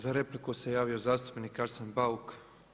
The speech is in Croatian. Za repliku se javio zastupnik Arsen Bauk.